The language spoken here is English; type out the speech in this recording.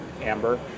Amber